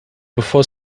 before